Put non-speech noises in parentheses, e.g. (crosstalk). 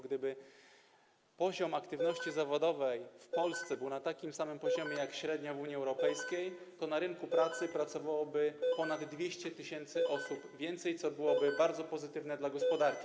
Gdyby poziom aktywności zawodowej (noise) w Polsce był na takim samym poziomie jak średnia w Unii Europejskiej, to na rynku pracy pracowałoby ponad 200 tys. osób więcej, co byłoby bardzo pozytywne dla gospodarki.